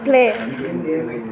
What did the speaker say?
play